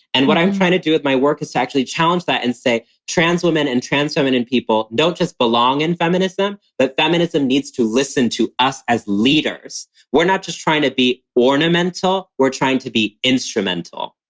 and what i'm trying to do with my work is actually challenge that and say trans women and trans feminine people don't just belong in feminism. but feminism needs to listen to us as leaders. we're not just trying to be ornamental. we're trying to be instrumental